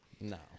No